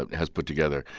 ah has put together.